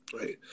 right